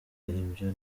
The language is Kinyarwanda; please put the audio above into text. ibyo